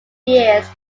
years